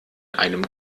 einem